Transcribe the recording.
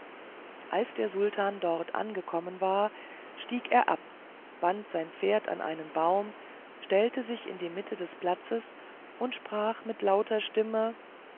als der sultan dort angekommen war stieg er ab band sein pferd an einen baum stellte sich in die mitte des platzes und sprach mit lauter stimme